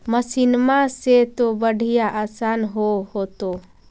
मसिनमा से तो बढ़िया आसन हो होतो?